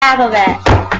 alphabet